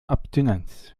abstinenz